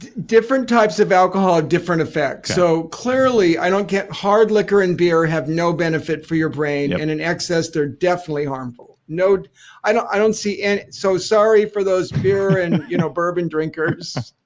different types of alcohol, ah different effect. so clearly, i don't get hard liquor and beer have no benefit for your brain and in excess they're definitely harmful. i don't i don't see and so sorry, for those beer and you know bourbon drinkers.